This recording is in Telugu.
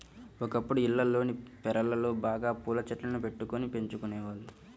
ఒకప్పుడు ఇళ్లల్లోని పెరళ్ళలో బాగా పూల చెట్లను బెట్టుకొని పెంచుకునేవాళ్ళు